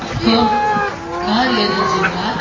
hello car ஏஜென்சிங்களா